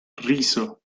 riso